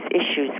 issues